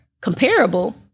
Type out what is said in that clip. comparable